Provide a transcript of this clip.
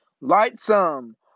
Lightsome